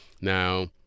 now